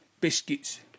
biscuits